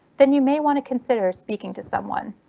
then you may want to consider speaking to someone.